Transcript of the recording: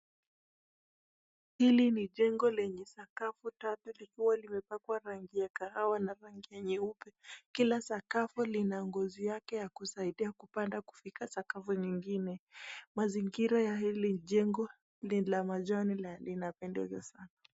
Hili ni jengo lenye sakafu tatu likiwa limepakwa rangi ya kahawa na rangi ya nyeupe. Kila sakafu lina ngozi yake ya kusaidia kupanda kufika sakafu nyingine. Mazingira ya hili jengo ni la majani na linapendeza sana.